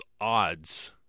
odds